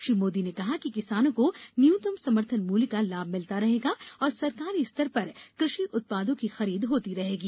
श्री मोदी ने कहा कि किसानों को न्यूनतम समर्थन मूल्य का लाभ मिलता रहेगा और सरकारी स्तर पर कृषि उत्पादों की खरीद होती रहेगी